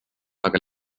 aga